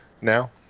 now